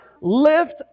Lift